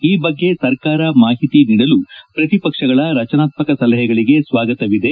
ಈ ಬಗ್ಗೆ ಸರ್ಕಾರ ಮಾಹಿತಿ ನೀಡಲು ಪ್ರತಿಪಕ್ಷಗಳ ರಚನಾತ್ತಕ ಸಲಹೆಗಳಗೆ ಸ್ವಾಗತವಿದೆ